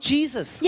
Jesus